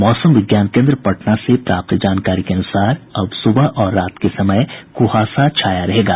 मौसम विज्ञान केंद्र पटना से प्राप्त जानकारी के अनुसार अब सुबह और रात के समय कुहासा छाया रहेगा